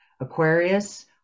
Aquarius